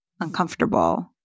uncomfortable